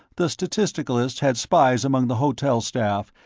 the statisticalists had spies among the hotel staff,